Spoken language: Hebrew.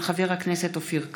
של חבר הכנסת אופיר כץ,